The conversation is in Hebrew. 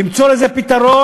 למצוא לזה פתרון,